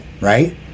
right